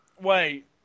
Wait